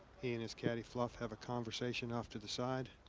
he and his caddy. fluff have a conversation off to the side.